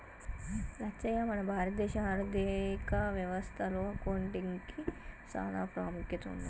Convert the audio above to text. లచ్చయ్య మన భారత దేశ ఆర్థిక వ్యవస్థ లో అకౌంటిగ్కి సాన పాముఖ్యత ఉన్నది